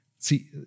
See